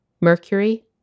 Mercury